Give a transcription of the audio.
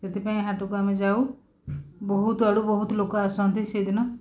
ସେଥିପାଇଁ ହାଟୁକୁ ଆମେ ଯାଉ ବହୁତ ଆଡ଼ୁ ବହୁତ ଲୋକ ଆସନ୍ତି ସେଇଦିନ